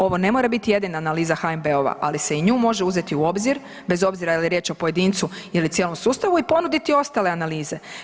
Ovo ne mora biti jedina analiza HNB-ova, ali se i nju može uzeti u obzir, bez obzira je li riječ o pojedincu ili cijelom sustavu i ponuditi ostale analize.